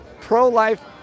pro-life